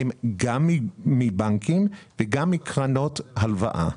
הן גם מבנקים וגם מקרנות הלוואה.